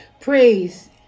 Praise